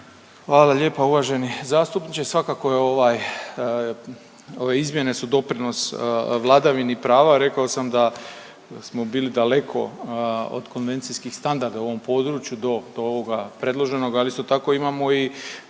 Hvala lijepa uvaženi zastupniče, svakako je ovaj, ove izmjene su doprinos vladavini prava. Rekao sam da smo bili daleko od konvencijskih standarda u ovom području do, do ovoga predloženoga, ali isto tako imamo i